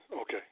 okay